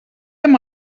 amb